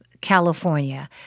California